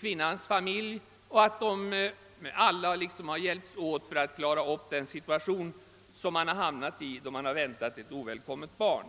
kvinnans familj, varvid alla kunnat hjälpas åt för att klara den situation som man hamnat i, då den unga kvinnan väntat ett ovälkommet barn.